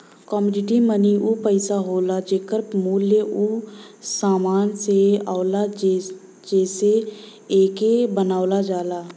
commodity money उ पइसा होला जेकर मूल्य उ समान से आवला जेसे एके बनावल जाला